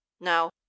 Now